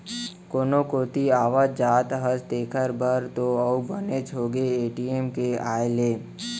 कोनो कोती आवत जात हस तेकर बर तो अउ बनेच होगे ए.टी.एम के आए ले